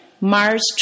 Mars